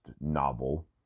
novel